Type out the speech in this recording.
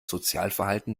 sozialverhalten